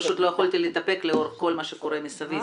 פשוט לא יכולתי להתאפק לאור כל מה שקורה מסביב.